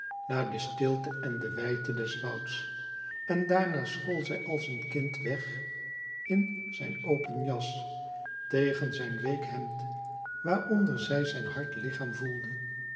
naar de stilte en de wijdte des wouds en daarna school zij als een kind weg in zijn open jas tegen zijn week hemd waaronder zij zijn hard lichaam voelde